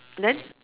then